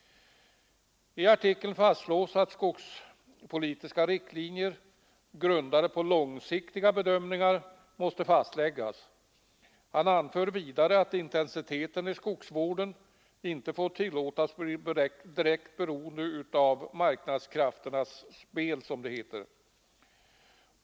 I artikeln fastslås att skogspolitiska riktlinjer grundade på långsiktiga bedömningar måste fastläggas. Han anför vidare att intensiteten i skogsvården inte får tillåtas bli direkt beroende av, som det heter, marknadskrafternas spel.